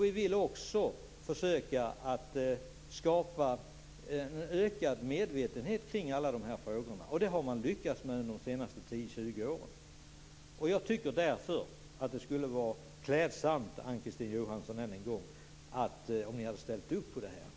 Vi vill också försöka skapa en ökad medvetenhet kring alla dessa frågor. Det har man lyckats med under de senaste 10-20 Jag tycker därför att det skulle vara klädsamt, Ann-Kristine Johansson, om ni ställer upp på detta.